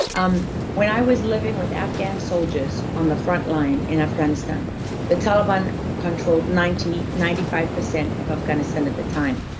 um when i was living with afghan soldiers on the frontline in afghanistan the taliban controlled ninety ninety five percent of afghanistan at the time.